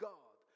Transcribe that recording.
God